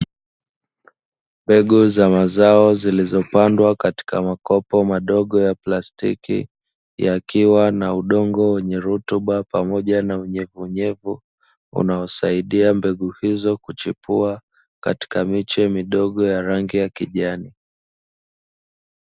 Mbegu za mazao zilizopandwa katika makopo madogo ya plastiki yakiwa na udongo wenye rutuba, pamoja na unyevunyevu unaosaidia mbegu hizo kuchipua, katika miche midogo yenye rangi ya kijani.